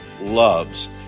loves